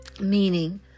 meaning